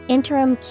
Interim